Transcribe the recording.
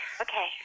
Okay